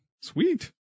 Sweet